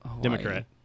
Democrat